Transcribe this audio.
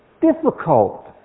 difficult